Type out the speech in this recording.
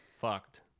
fucked